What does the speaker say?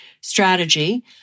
strategy